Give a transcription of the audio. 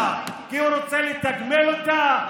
למה, כי הוא רוצה לתגמל אותה?